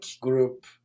group